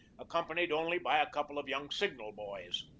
accompanied only by a couple of young signal boys.